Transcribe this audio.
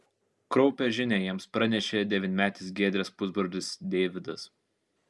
kraupią žinią jiems pranešė devynmetis giedrės pusbrolis deividas